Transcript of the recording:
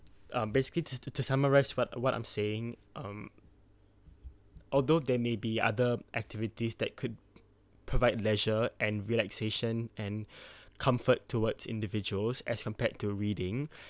um basically to to to summarize what what I'm saying um although there may be other activities that could provide leisure and relaxation and comfort towards individuals as compared to reading